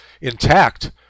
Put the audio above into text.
intact